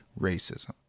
racism